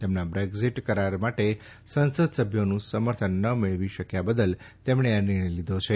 તેમના બ્રેક્ઝિટ કરાર માટે સંસદ સભ્યોનું સમર્થન ન મેળવી શક્યા બદલ તેમણે આ નિર્ણય લીધો છે